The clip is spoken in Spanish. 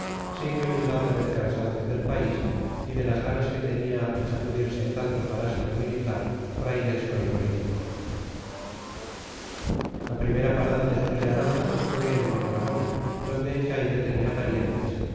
signo indudable del cansancio del país y de las ganas que tenía de sacudirse tanto parásito militar frailesco y político la primera parada después de aránzazu fue en mondragón donde echaide tenía parientes